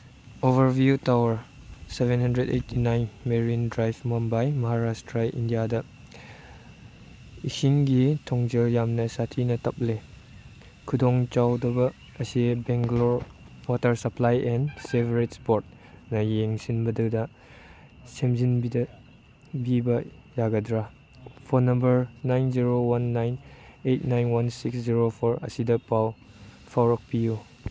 overview tower seven hundred eighty nine marine drive Mumbai Maharashtra ꯏꯟꯗꯤꯌꯥꯗ ꯏꯁꯤꯡꯒꯤ ꯈꯣꯡꯖꯦꯜ ꯌꯥꯝꯅ ꯁꯥꯊꯤꯅ ꯊꯞꯂꯦ ꯈꯨꯗꯣꯡ ꯆꯥꯗꯕ ꯑꯁꯤ Bangalore water supply and sewerage ꯕꯣꯔꯠꯅ ꯌꯦꯡꯁꯤꯟꯕꯗꯨꯗ ꯁꯦꯝꯖꯤꯟꯕꯤꯕ ꯌꯥꯒꯗ꯭ꯔ phone number nine zero one nine eight nine one six zero four ꯑꯁꯤꯗ ꯄꯥꯎ ꯐꯥꯎꯔꯛꯞꯤꯌꯨ